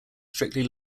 strictly